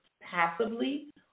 passively